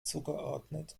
zugeordnet